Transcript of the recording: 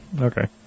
Okay